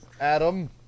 adam